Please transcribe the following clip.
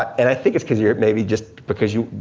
and i think it's cause you're maybe just, because you,